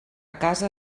casa